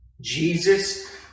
Jesus